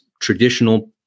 traditional